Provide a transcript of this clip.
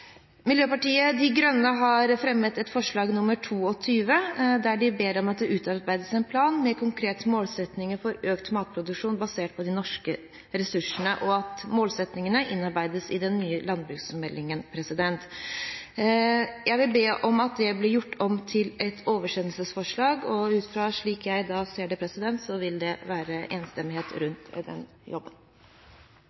Miljøpartiet De Grønne har fremmet forslag nr. 22, der de ber om at det utarbeides en plan med konkrete målsettinger for økt matproduksjon basert på de norske ressursene, og at målsettingene innarbeides i den nye landbruksmeldingen. Jeg vil be om at det blir gjort om til et oversendelsesforslag. Ut fra slik jeg ser det, vil det være enstemmighet rundt